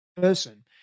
person